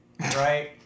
right